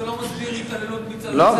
זה לא מסביר התעללות מצד הצוות.